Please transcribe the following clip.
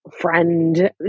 friend